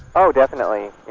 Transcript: oh definitely,